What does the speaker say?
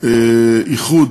איחוד